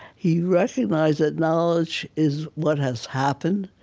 he recognized that knowledge is what has happened,